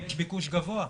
יש ביקוש גבוה.